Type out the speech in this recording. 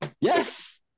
Yes